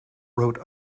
wrote